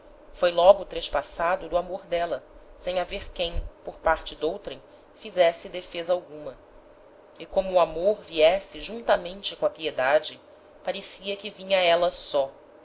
foi logo trespassado do amor d'éla sem haver quem por parte d'outrem fizesse defeza alguma e como o amor viesse juntamente com a piedade parecia que vinha éla só